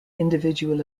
individual